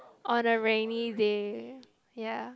on a rainy day ya